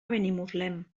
benimuslem